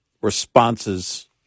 responses